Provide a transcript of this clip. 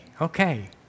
Okay